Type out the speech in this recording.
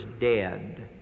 dead